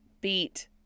beat